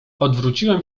odwróciłem